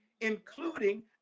including